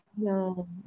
No